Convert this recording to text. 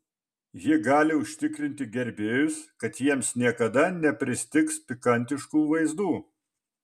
ji gali užtikrinti gerbėjus kad jiems niekada nepristigs pikantiškų vaizdų